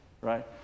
right